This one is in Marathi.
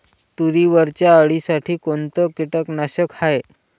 तुरीवरच्या अळीसाठी कोनतं कीटकनाशक हाये?